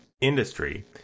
industry